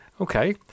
Okay